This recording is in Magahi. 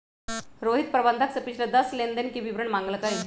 रोहित प्रबंधक से पिछले दस लेनदेन के विवरण मांगल कई